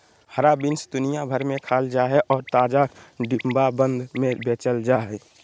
हरा बीन्स दुनिया भर में खाल जा हइ और ताजा, डिब्बाबंद में बेचल जा हइ